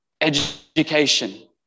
Education